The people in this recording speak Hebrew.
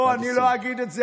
לא, אני לא אגיד את זה.